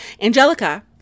angelica